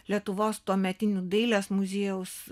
lietuvos tuometiniu dailės muziejaus